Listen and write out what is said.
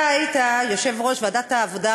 אתה היית יושב-ראש ועדת העבודה,